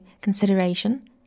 consideration